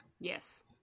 Yes